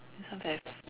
this one very